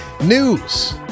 News